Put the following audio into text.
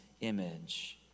image